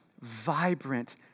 vibrant